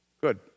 Good